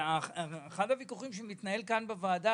אחד הוויכוחים שמתנהלים כאן בוועדה,